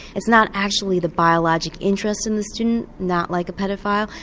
it's not actually the biologic interest in the student, not like a paedophile,